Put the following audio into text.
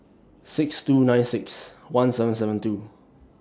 six two Night six one seven seven two